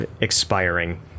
expiring